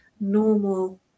normal